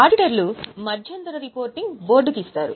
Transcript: ఆడిటర్లు మధ్యంతర రిపోర్టింగ్ బోర్డుకి ఇస్తారు